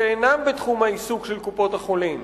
שאינן בתחום העיסוק של קופות-החולים.